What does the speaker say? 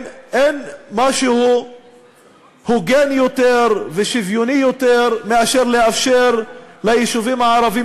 אין משהו הוגן יותר ושוויוני יותר מלאפשר ליישובים הערביים